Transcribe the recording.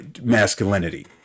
masculinity